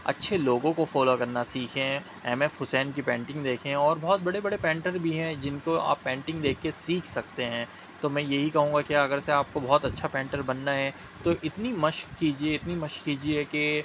اچھے لوگوں کو فالو کرنا سیکھیں ایم ایف حسین کی پینٹنگ دیکھیں اور بہت بڑے بڑے پینٹر بھی ہیں جن کو آپ پینٹنگ دیکھ کے سیکھ سکتے ہیں تو میں یہی کہوں گا کہ اگر سے آپ کو بہت اچھا پینٹر بننا ہے تو اتنی مشق کیجیے اتنی مشق کیجیے کہ